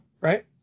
right